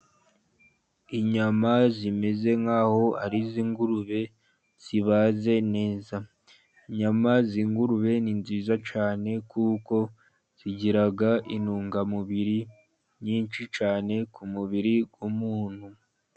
Inyama zimeze nk'aho ari i z'ingurube zibaze neza, inyama z'ingurube ni nziza cyane kuko zigira intungamubiri nyinshi cyane ku mubiri w'umuntu.